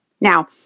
Now